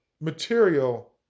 material